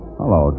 hello